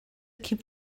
keep